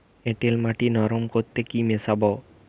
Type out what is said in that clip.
এঁটেল মাটি নরম করতে কি মিশাব?